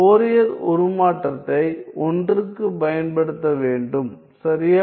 Fourier உருமாற்றத்தை 1க்குப் பயன்படுத்த வேண்டும் சரியா